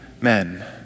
men